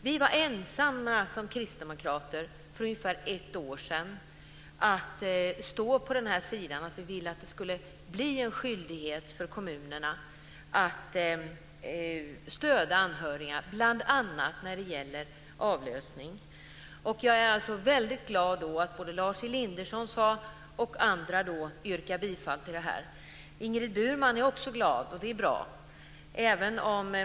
Vi kristdemokrater var för ungefär ett år sedan ensamma om att stå för att det skulle införas en skyldighet för kommunerna att stödja anhöriga som går in med vårdavlösning. Jag är väldigt glad över att Lars Elinderson och andra yrkar bifall till detta. Också Ingrid Burman är glad, och det är bra.